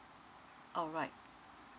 alright